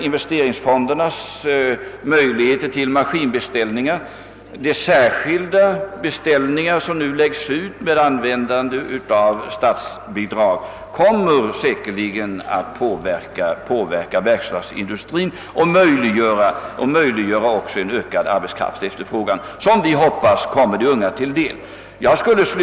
De maskinbeställningar, som möjliggöres av frisläppta investeringsfondmedel, och de särskilda beställningar, som lägges ut med användande av statsbidrag, kommer säkerligen att påverka verkstadsindustrin och resultera i en ökad arbetskraftefterfrågan, som vi hoppas att de unga kommer att få del av.